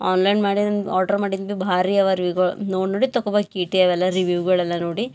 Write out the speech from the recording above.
online ಮಾಡಿಂದು order ಮಾಡಿಂದು ಬಿ ಭಾರಿ ಅವ ರಿವ್ಯೂಗಳು ನೋಡಿ ನೋಡಿ ತಗೋಬೇಕ್ ಕೀಟಿ ಅವೆಲ್ಲ ರಿವ್ಯೂಗಳೆಲ್ಲ ನೋಡಿ